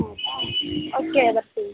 ಆಯ್ತಾ ಓಕೆ ಬರ್ತೀವಿ